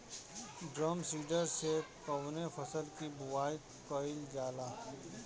Drum seeder से कवने फसल कि बुआई कयील जाला?